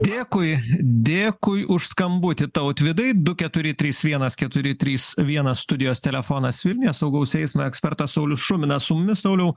dėkui dėkui už skambutį tautvydui du keturi trys vienas keturi trys vienas studijos telefonas vilniuje saugaus eismo ekspertas saulius šuminas su mumis sauliau